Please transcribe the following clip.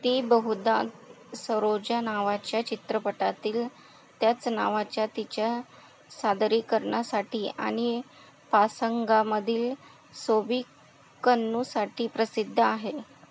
ती बहुधा सरोजा नावाच्या चित्रपटातील त्याच नावाच्या तिच्या सादरीकरणासाठी आणि पासंगामधील सोबीकन्नूसाठी प्रसिद्ध आहे